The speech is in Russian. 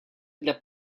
для